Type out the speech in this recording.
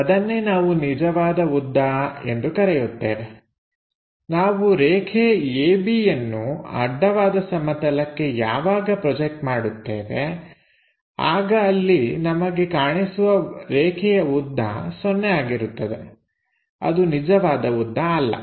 ಅದನ್ನೇ ನಾವು ನಿಜವಾದ ಉದ್ದ ಎಂದು ಕರೆಯುತ್ತೇವೆ ನಾವು ರೇಖೆ AB ಯನ್ನು ಅಡ್ಡವಾದ ಸಮತಲಕ್ಕೆ ಯಾವಾಗ ಪ್ರೊಜೆಕ್ಟ್ ಮಾಡುತ್ತೇವೆ ಆಗ ಅಲ್ಲಿ ನಮಗೆ ಕಾಣಿಸುವ ರೇಖೆಯ ಉದ್ದ ಸೊನ್ನೆ ಆಗಿರುತ್ತದೆ ಅದು ನಿಜವಾದ ಉದ್ದ ಅಲ್ಲ